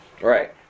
Right